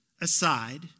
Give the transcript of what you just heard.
aside